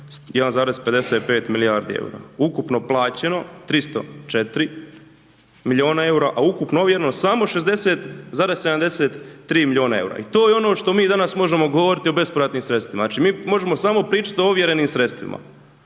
1,55 milijardi eura. Ukupno plaćeno 304 milijuna eura, a ukupno ovjereno samo 60,73 milijuna eura. I to je ono što mi danas možemo govoriti o bespovratnim sredstvima, znači mi možemo samo pričati o ovjerenim sredstvima.